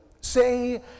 say